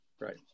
right